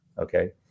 Okay